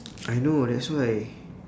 I know that's why